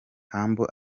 humble